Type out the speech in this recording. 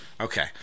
Okay